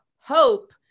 hope